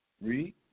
Read